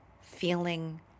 feeling